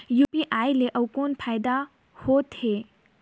UPI ले अउ कौन फायदा होथ है?